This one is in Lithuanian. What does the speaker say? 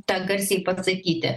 tą garsiai pasakyti